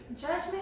Judgment